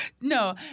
No